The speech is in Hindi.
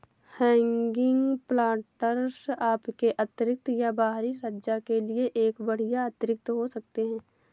हैगिंग प्लांटर्स आपके आंतरिक या बाहरी सज्जा के लिए एक बढ़िया अतिरिक्त हो सकते है